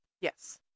Yes